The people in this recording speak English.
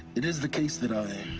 it is the case that i.